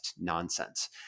nonsense